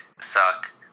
suck